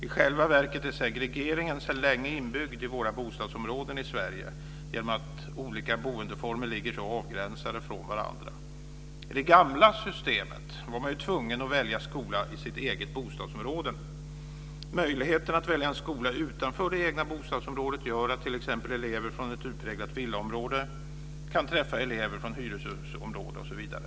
I själva verket är segregeringen sedan länge inbyggd i våra bostadsområden i Sverige genom att olika boendeformer ligger så avgränsade från varandra. I det gamla systemet var man tvungen att välja skola i sitt eget bostadsområde. Möjligheten att välja en skola utanför det egna bostadsområdet gör att t.ex. elever från ett utpräglat villaområde kan träffa elever från hyreshusområden osv.